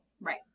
right